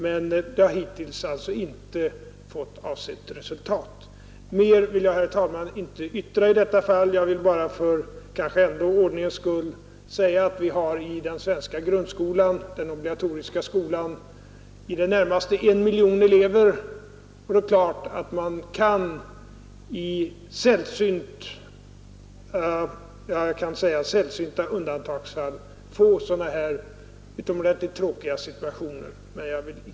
Men det har alltså hittills inte givit avsett resultat. Mer vill jag, herr talman, inte yttra i detta fall. Jag vill bara för ordningens skull tillägga att vi i den obligatoriska svenska grundskolan ändå har i det närmaste 1 miljon elever och att det då naturligtvis i sällsynta undantagsfall kan uppstå sådana utomordentligt tragiska situationer som det nu gäller.